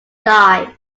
die